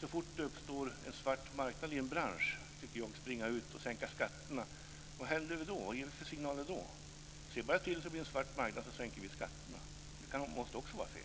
Så fort det uppstår en svart marknad i en bransch kan vi inte springa ut och sänka skatterna. Vad händer då? Vad ger vi för signaler då? Se bara till att det blir en svart marknad så sänks skatterna! Det måste också vara fel.